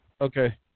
Okay